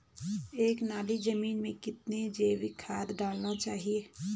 एक नाली जमीन में कितना जैविक खाद डालना चाहिए?